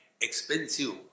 expensive